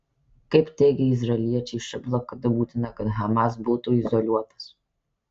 kaip teigia izraeliečiai ši blokada būtina kad hamas būtų izoliuotas